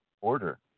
order